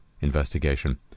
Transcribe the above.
investigation